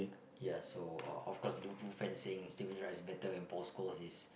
ya so uh of course Liver Pool fans saying Steven-gerrard is better than Post-Coast is